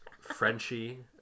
Frenchie